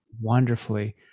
wonderfully